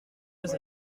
déjà